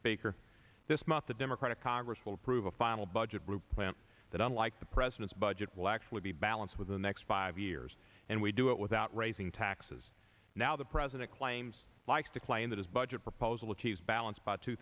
speaker this month the democratic congress will approve a final budget group plan that unlike the president's budget will actually be balanced with the next five years and we do it without raising taxes now the president claims likes to claim that his budget proposal achieves balance but two